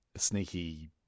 sneaky